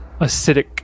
acidic